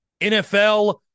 NFL